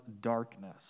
darkness